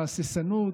להססנות.